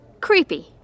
Creepy